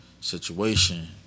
situation